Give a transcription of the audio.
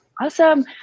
Awesome